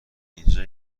اینجا